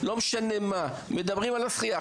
מדברים עם ההורה על שחייה.